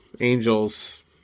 Angels